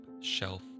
shelf